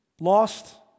lost